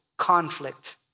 conflict